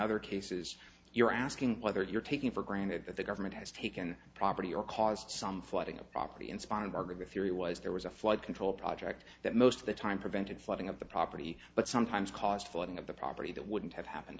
other cases you're asking whether you're taking for granted that the government has taken property or caused some flooding of property in spawn and are the theory was there was a flood control project that most of the time prevented flooding of the property but sometimes caused flooding of the property that wouldn't have happened